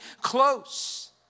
close